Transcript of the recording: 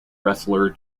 wrestler